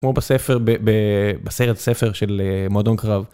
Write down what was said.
כמו בספר בסרט ספר של מועדון קרב.